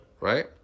right